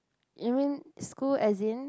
you mean school as in